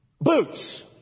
Boots